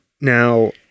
Now